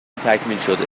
تکمیلشده